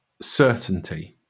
certainty